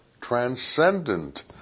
transcendent